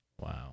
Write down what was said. Wow